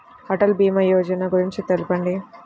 అటల్ భీమా యోజన గురించి తెలుపండి?